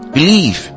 Believe